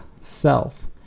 self